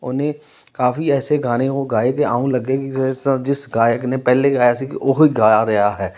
ਉਹਨੇ ਕਾਫ਼ੀ ਐਸੇ ਗਾਣੇ ਉਹ ਗਾਏ ਕੇ ਇਓਂ ਲੱਗੇ ਕਿ ਜਿਸ ਜਿਸ ਗਾਇਕ ਨੇ ਪਹਿਲੇ ਗਾਇਆ ਸੀ ਕਿ ਉਹ ਹੀ ਗਾ ਰਿਹਾ ਹੈ